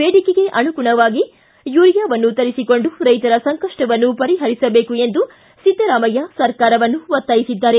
ಬೇಡಿಕೆಗೆ ಅನುಗುಣವಾಗಿ ಯೂರಿಯಾವನ್ನು ತರಿಸಿಕೊಂಡು ರೈತರ ಸಂಕಷ್ಟವನ್ನು ಪರಿಹರಿಸಬೇಕು ಎಂದು ಸಿದ್ದರಾಮಯ್ಯ ಸರ್ಕಾರವನ್ನು ಒತ್ತಾಯಿಸಿದ್ದಾರೆ